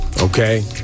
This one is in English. okay